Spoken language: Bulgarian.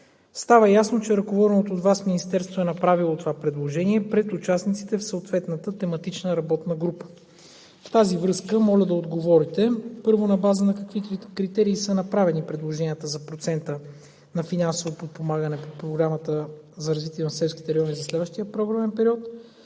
Става ясно, че ръководеното от Вас министерство е направило това предложение пред участниците в съответната тематична работна група. В тази връзка моля да отговорите: първо, на база на какви критерии са направени предложенията за процента на финансово подпомагане по Програмата за развитие на селските райони за следващия програмен период?